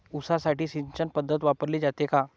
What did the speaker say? ऊसासाठी सिंचन पद्धत वापरली जाते का?